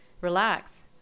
Relax